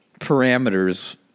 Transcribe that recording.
parameters